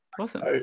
awesome